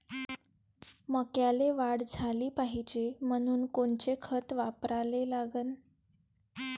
मक्याले वाढ झाली पाहिजे म्हनून कोनचे खतं वापराले लागन?